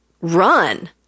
run